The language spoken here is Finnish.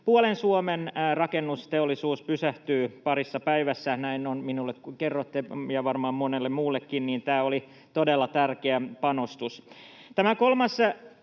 puolen Suomen rakennusteollisuus pysähtyy parissa päivässä. Näin on minulle kerrottu ja varmaan monelle muullekin, joten tämä oli todella tärkeä panostus.